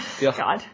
God